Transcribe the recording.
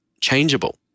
changeable